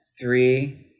Three